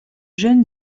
jeune